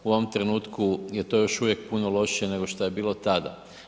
U ovom trenutku je to još uvijek puno lošije nego šta je bilo tada.